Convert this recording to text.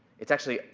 it's actually,